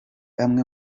amwe